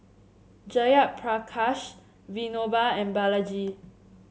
Jayaprakash Vinoba and Balaji